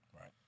Right